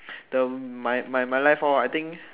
the my my my life lor I think